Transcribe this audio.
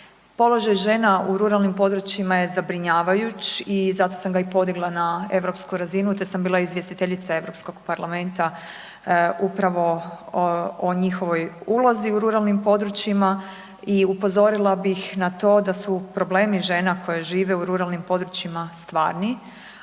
Položaj žena u ruralnim područjima je zabrinjavajuć i zato sam ga i podigla na europsku razinu te sam bila izvjestiteljica Europskog parlamenta upravo o njihovoj ulozi u ruralnim područjima i upozorila bih na to da su problemi žena koje žive u ruralnim područjima stvarni